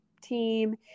team